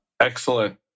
Excellent